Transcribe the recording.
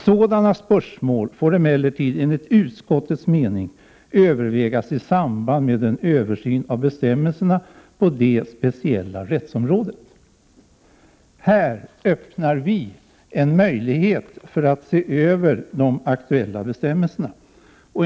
Sådana spörsmål får emellertid enligt utskottets mening övervägas i samband med en översyn av bestämmelserna på det speciella rättsområdet.” Här öppnar vi en möjlighet för att se över de aktuella bestämmelserna.